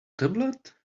tablet